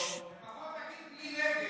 לפחות תגיד "בלי נדר".